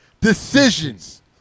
decisions